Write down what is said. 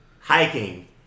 hiking